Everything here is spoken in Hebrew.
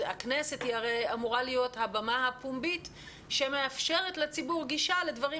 הכנסת אמורה להיות הבמה הפומבית שמאפשרת לציבור גישה לדברים